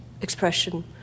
expression